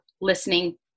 listening